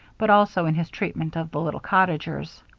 but also in his treatment of the little cottagers.